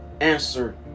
Answer